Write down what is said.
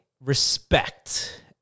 respect